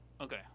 Okay